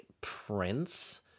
Prince